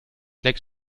lecks